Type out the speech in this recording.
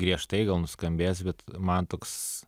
griežtai gal nuskambės bet man toks